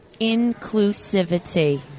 Inclusivity